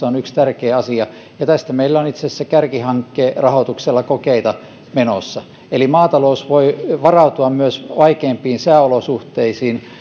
on yksi tärkeä asia ja tästä meillä on itse asiassa kärkihankerahoituksella kokeita menossa eli maatalous voi varautua myös vaikeimpiin sääolosuhteisiin